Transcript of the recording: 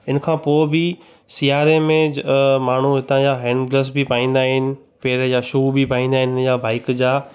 इन खां पोइ बि सियारे में ज माण्हू हितां जा हैंड ग्लव्स बि पाईंदा आहिनि पैर जा शू बि पाईंदा आहिनि इन जा बाइक जा